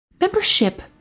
Membership